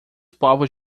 povos